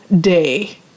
day